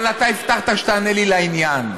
אבל הבטחת שתענה לי לעניין.